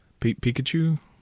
Pikachu